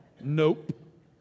Nope